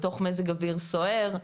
במזג אוויר סוער,